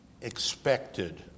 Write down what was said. expected